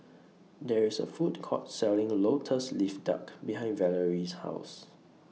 There IS A Food Court Selling Lotus Leaf Duck behind Valorie's House